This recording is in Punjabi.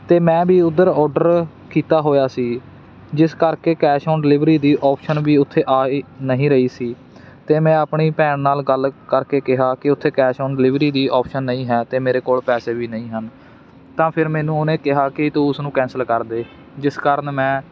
ਅਤੇ ਮੈਂ ਵੀ ਉੱਧਰ ਔਡਰ ਕੀਤਾ ਹੋਇਆ ਸੀ ਜਿਸ ਕਰਕੇ ਕੈਸ਼ ਔਨ ਡਿਲੀਵਰੀ ਦੀ ਓਪਸ਼ਨ ਵੀ ਉੱਥੇ ਆ ਹੀ ਨਹੀਂ ਰਹੀ ਸੀ ਅਤੇ ਮੈਂ ਆਪਣੀ ਭੈਣ ਨਾਲ ਗੱਲ ਕਰਕੇ ਕਿਹਾ ਕਿ ਉੱਥੇ ਕੈਸ਼ ਔਨ ਡਿਲੀਵਰੀ ਦੀ ਓਪਸ਼ਨ ਨਹੀਂ ਹੈ ਅਤੇ ਮੇਰੇ ਕੋਲ ਪੈਸੇ ਵੀ ਨਹੀਂ ਹਨ ਤਾਂ ਫਿਰ ਮੈਨੂੰ ਉਹਨੇ ਕਿਹਾ ਕਿ ਤੂੰ ਉਸਨੂੰ ਕੈਂਸਲ ਕਰਦੇ ਜਿਸ ਕਾਰਨ ਮੈਂ